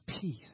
peace